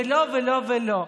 ולא ולא ולא.